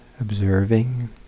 Observing